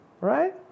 right